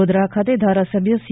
ગોધરા ખાતે ધારાસભ્ય સી